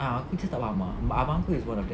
ah aku macam tak faham but abang aku is one of them